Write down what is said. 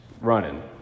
running